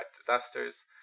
disasters